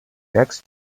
next